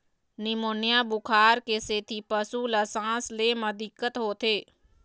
pneumonia बुखार के सेती पशु ल सांस ले म दिक्कत होथे